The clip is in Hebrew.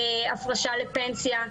הפרשה לפנסיה.